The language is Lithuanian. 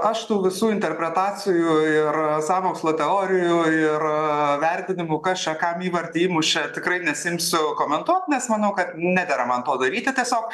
aš tų visų interpretacijų ir sąmokslo teorijų ir vertinimų kas čia kam įvartį įmušė tikrai nesiimsiu komentuot nes manau kad nedera man to daryti tiesiog